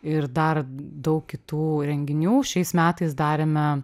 ir dar daug kitų renginių šiais metais darėme